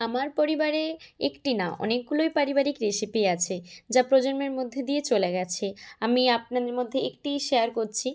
আমার পরিবারে একটি না অনেকগুলোই পারিবারিক রেসিপি আছে যা প্রজন্মের মধ্যে দিয়ে চলে গিয়েছে আমি আপনাদের মধ্যে একটি শেয়ার করছি